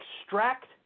extract